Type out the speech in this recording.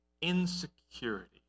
Insecurity